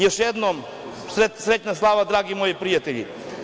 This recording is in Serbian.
Još jednom, srećna slava, dragi moji prijatelji.